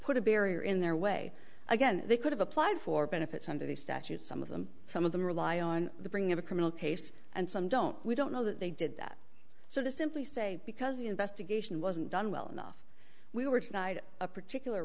put a barrier in their way again they could have applied for benefits under the statute some of them some of them rely on the bringing of a criminal case and some don't we don't know that they did that so to simply say because the investigation wasn't done well enough we were denied a particular